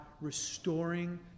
restoring